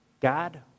God